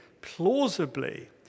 plausibly